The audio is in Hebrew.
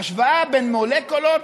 בהשוואה בין מולקולות,